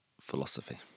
philosophy